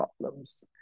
problems